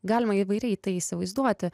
galima įvairiai tai įsivaizduoti